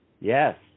Yes